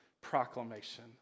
proclamation